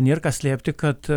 nėr ką slėpti kad